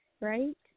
Right